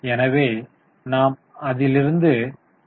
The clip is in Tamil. எனவே நாம் அதிலிருந்து 5